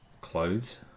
Clothes